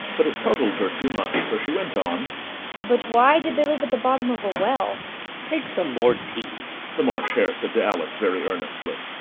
but it puzzled her too much, so she went on but why did they live at the bottom of a well take some more tea the march hare said to alice, very earnestly.